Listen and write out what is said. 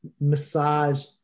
massage